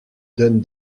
donne